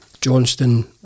Johnston